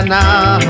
now